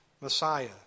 Messiah